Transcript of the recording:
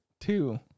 two